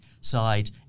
side